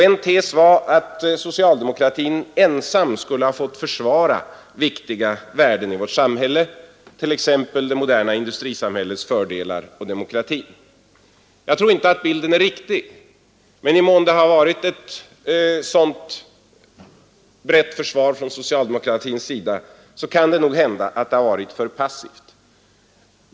En tes var att socialdemokratin ensam skulle ha fått försvara viktiga värden i samhället, t.ex. det moderna industrisamhällets fördelar. Jag tror inte bilden är helt riktig. Men i den mån socialdemokratin framträtt med ett sådant brett försvar kan det nog hända att det varit för passivt.